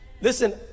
Listen